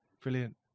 brilliant